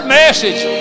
message